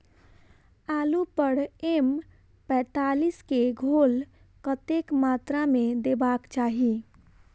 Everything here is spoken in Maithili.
आलु पर एम पैंतालीस केँ घोल कतेक मात्रा मे देबाक चाहि?